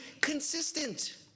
consistent